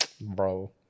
bro